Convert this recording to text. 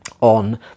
on